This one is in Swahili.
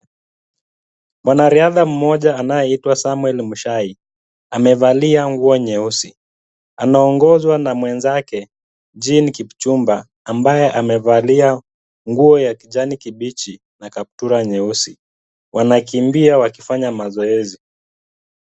Mwanariadha mmoja anayeitwa Samwel Mushai amevalia nguo nyeusi. Anaongozwa na mwenzake Jean Kipchumba ambaye amevalia nguo ya kijani kibichi na kaptura nyeusi. Wanakimbia wakifanya mazoezi.